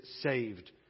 saved